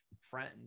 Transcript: friends